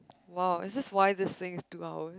!wow! is this why this thing is two hour